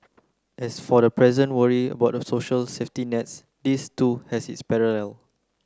as for the present worry about the social safety nets this too has its parallel